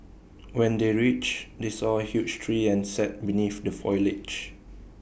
when they reached they saw A huge tree and sat beneath the foliage